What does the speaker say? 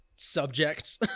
Subjects